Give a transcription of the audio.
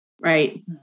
right